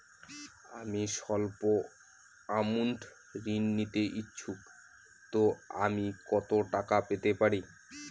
আমি সল্প আমৌন্ট ঋণ নিতে ইচ্ছুক তো আমি কত টাকা পেতে পারি?